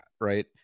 right